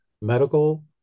medical